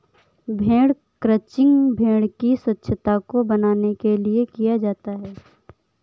भेड़ क्रंचिंग भेड़ की स्वच्छता को बनाने के लिए किया जाता है